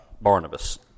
Barnabas